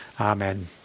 Amen